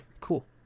Cool